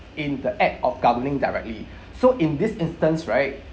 in the act of governing directly so in this instance right